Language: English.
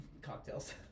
cocktails